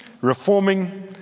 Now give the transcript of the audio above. reforming